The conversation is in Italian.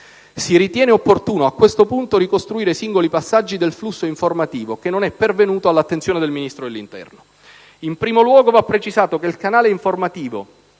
Si ritiene opportuno a questo punto ricostruire i singoli passaggi del flusso informativo, che non è pervenuto all'attenzione del Ministro dell'interno. In primo luogo va precisato che il canale informativo